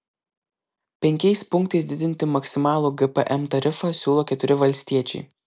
penkiais punktais didinti maksimalų gpm tarifą siūlo keturi valstiečiai